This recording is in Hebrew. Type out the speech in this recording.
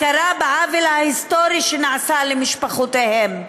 הכרה בעוול ההיסטורי שנעשה למשפחותיהם.